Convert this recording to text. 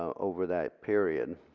over that period.